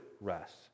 rest